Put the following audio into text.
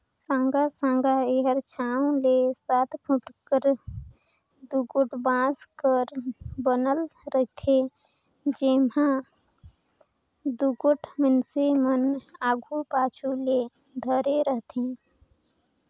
साँगा साँगा एहर छव ले सात फुट कर दुगोट बांस कर बनल रहथे, जेम्हा दुगोट मइनसे मन आघु पाछू ले धरे रहथे